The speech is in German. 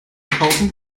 verkaufen